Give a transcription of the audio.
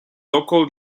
local